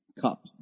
cup